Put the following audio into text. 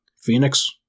Phoenix